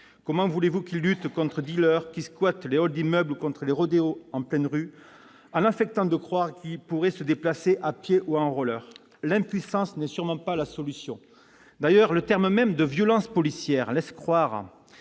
Comment voulez-vous que les policiers luttent contre les dealers qui squattent les halls d'immeubles ou contre les rodéos en pleine rue en affectant de croire qu'ils pourraient se déplacer à pied ou à roller ? L'impuissance n'est sûrement pas la solution. D'ailleurs, l'expression même de « violences policières » laisse croire